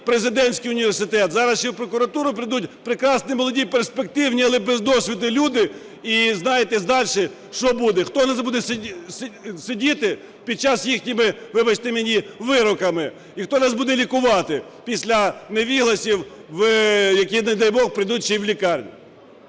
президентський університет. Зараз ще в прокуратуру прийдуть прекрасні, молоді, перспективні, але без досвіду люди, і знаєте далі, що буде: хто буде сидіти під їх, вибачте мені, вироками, і хто нас буде лікувати, після невігласів, які, не дай Бог, прийдуть ще і в лікарні.